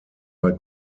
bei